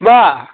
मा